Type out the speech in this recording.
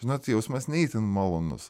žinot jausmas ne itin malonus